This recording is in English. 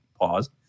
Pause